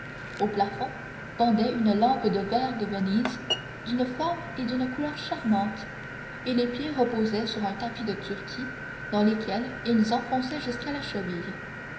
au plafond pendait une lampe en verre de venise d'une forme et d'une couleur charmantes et les pieds reposaient sur un tapis de turquie dans lequel ils enfonçaient jusqu'à la cheville